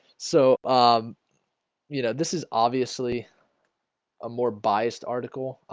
so um you know this is obviously a more biased article